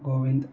Kovind